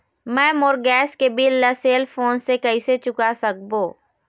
मैं मोर गैस के बिल ला सेल फोन से कइसे चुका सकबो?